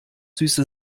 süße